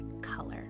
color